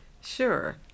Sure